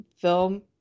film